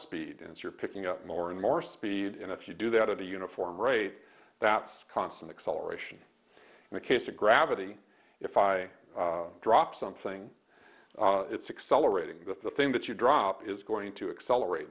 speed and you're picking up more and more speed and if you do that in a uniform raid that's constant acceleration in the case of gravity if i drop something it's accelerating that the thing that you drop is going to accelerate